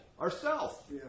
ourself